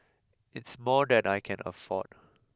it's more than I can afford